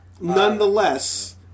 nonetheless